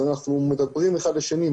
אנחנו מדברים אחד עם השני,